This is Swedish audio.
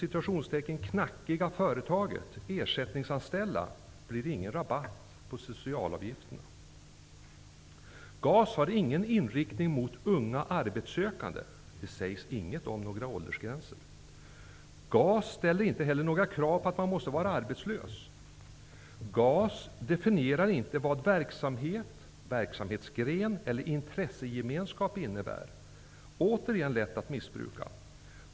Skulle det ''knackiga företaget'' ersättningsanställa blir det ingen rabatt på socialavgifterna. -- GAS har ingen inriktning mot unga arbetssökande. Det sägs inget om några åldersgränser. -- GAS ställer inte heller några krav på att man måste vara arbetslös. -- GAS definierar inte vad verksamhet, verksamhetsgren eller intressegemenskap innebär. Det är återigen lätt att missbruka.